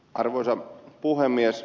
arvoisa puhemies